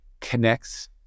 connects